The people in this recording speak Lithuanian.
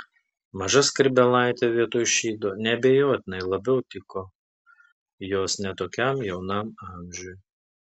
maža skrybėlaitė vietoj šydo neabejotinai labiau tiko jos ne tokiam jaunam amžiui